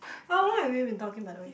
how long have we been talking by the way